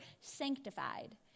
sanctified